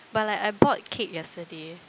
but like I bought cake yesterday